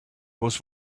was